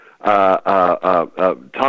Tom